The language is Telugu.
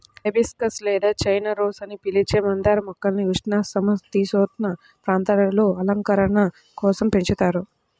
హైబిస్కస్ లేదా చైనా రోస్ అని పిలిచే మందార మొక్కల్ని ఉష్ణ, సమసీతోష్ణ ప్రాంతాలలో అలంకరణ కోసం పెంచుతారు